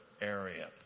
area